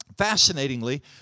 Fascinatingly